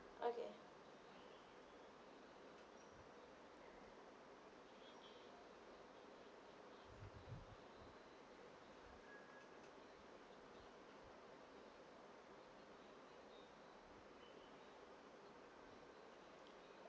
okay